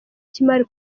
cy’imari